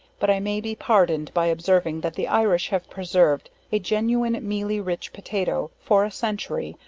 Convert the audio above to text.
but i may be pardoned by observing, that the irish have preserved a genuine mealy rich potato, for a century,